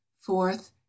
Fourth